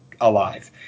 alive